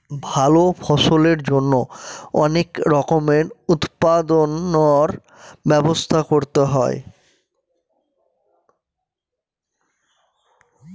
ভালো ফলনের জন্যে অনেক রকমের উৎপাদনর ব্যবস্থা করতে হয়